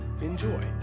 enjoy